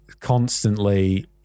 constantly